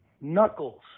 Knuckles